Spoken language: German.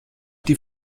die